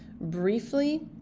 Briefly